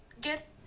get